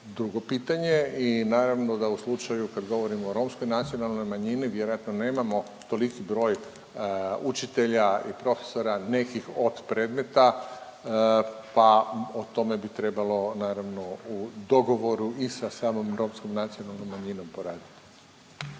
drugo pitanje i naravno da u slučaju kad govorimo o romskoj nacionalnoj manjini vjerojatno nemamo toliki broj učitelja i profesora nekih od predmeta pa o tome bi trebalo naravno u dogovoru i sa samom romskom nacionalnom manjinom poraditi.